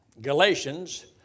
Galatians